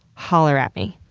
holler at me.